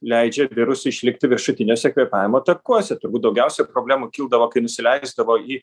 leidžia virusui išlikti viršutiniuose kvėpavimo takuose turbūt daugiausia problemų kildavo kai nusileisdavo į